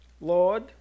Lord